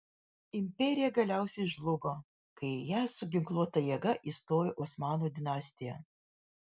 imperija galiausiai žlugo kai į ją su ginkluota jėga įstojo osmanų dinastija